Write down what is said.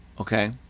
okay